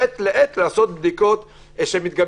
מעת לעת לעשות בדיקות מדגמיות.